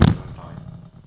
um